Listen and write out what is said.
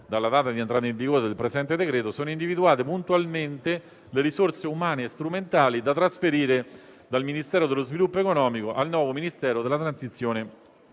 dalla data di entrata in vigore del presente decreto-legge, sono individuate puntualmente le risorse umane e strumentali da trasferire dal Ministero dello sviluppo economico al nuovo Ministero della transizione